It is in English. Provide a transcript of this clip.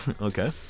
Okay